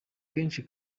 kenshi